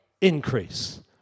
increase